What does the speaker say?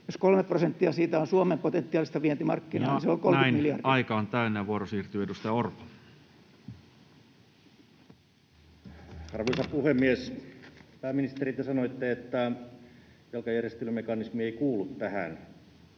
jos 3 prosenttia siitä on Suomen potentiaalista vientimarkkinaa, se on 30 miljardia. Näin aika on täynnä, ja vuoro siirtyy edustaja Orpolle. Arvoisa puhemies! Pääministeri, te sanoitte, että velkajärjestelymekanismi ei kuulu tähän,